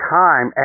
time